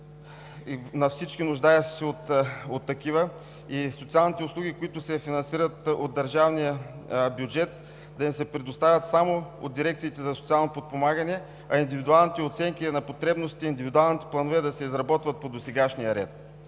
на всички нуждаещи се от такива, институционалните услуги, които се финансират от държавния бюджет, да им се предоставят само от дирекциите за социално подпомагане, а индивидуалните оценки на потребностите, индивидуалните планове да се изработват по досегашния ред.